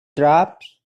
drops